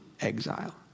exile